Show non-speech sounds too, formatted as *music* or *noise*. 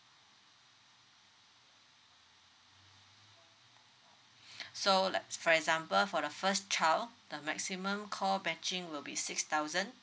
*breath* so like for example for the first child the maximum call matching will be six thousand